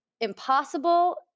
impossible